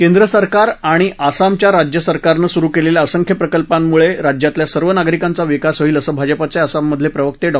केंद्र सरकार आणि आसमाच्या राज्य सरकारनं सुरु केलेल्या असंख्य प्रकल्पांमुळे राज्यातल्या सर्व नागरिकांचा विकास होईल असं भाजपाचे आसाममधले प्रवक्ते डॉ